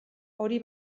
hori